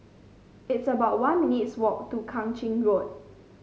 it's about one minutes' walk to Kang Ching Road